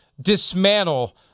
dismantle